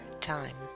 time